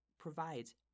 Provides